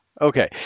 okay